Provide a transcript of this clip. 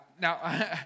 Now